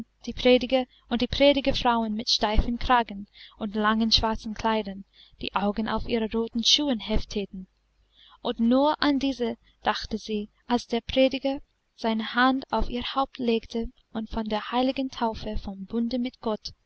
die prediger und predigerfrauen mit steifen kragen und langen schwarzen kleidern die augen auf ihre roten schuhe hefteten und nur an diese dachte sie als der prediger seine hand auf ihr haupt legte und von der heiligen taufe vom bunde mit gott